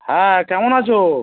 হ্যাঁ কেমন আছো